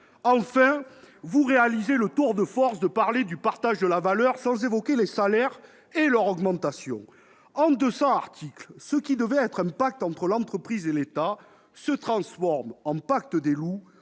Enfin, vous réalisez le tour de force de parler de partage de la valeur sans évoquer les salaires et leur augmentation. En 200 articles, ce qui devait être un pacte entre l'entreprise et l'État se transforme en pacte des loups